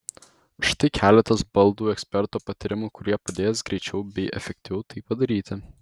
štai keletas baldų eksperto patarimų kurie padės greičiau bei efektyviau tai padaryti